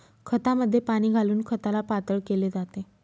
खतामध्ये पाणी घालून खताला पातळ केले जाते